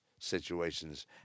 situations